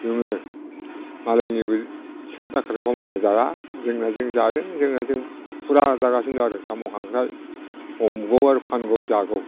जोङो मालायनिबो सिखाव दाखाइथबो मावना जाया जोंनिया जों जादों जोङो फुरा जागासिनो दं आरो साम' खांख्राय हमगौ आरो फानदों जादों